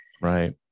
Right